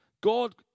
God